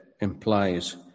implies